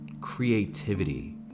creativity